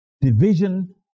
division